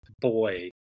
boy